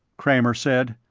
kramer said.